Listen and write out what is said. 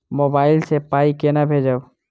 Mobile सँ पाई केना भेजब?